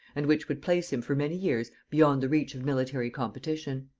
and which would place him for many years beyond the reach of military competition.